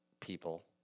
people